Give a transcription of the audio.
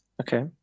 Okay